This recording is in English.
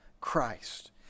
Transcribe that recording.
Christ